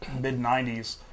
mid-90s